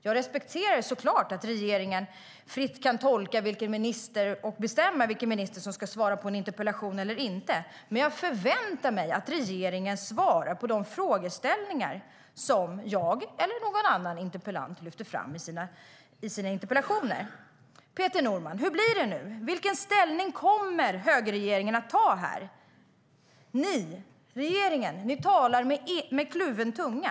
Jag respekterar såklart att regeringen fritt kan välja och bestämma vilken minister som ska svara på en interpellation, men jag förväntar mig att regeringen svarar på de frågor som jag eller någon annan interpellant lyfter fram i interpellationerna. Peter Norman! Hur blir det nu? Vilken inställning kommer högerregeringen att ha? Regeringen talar med kluven tunga.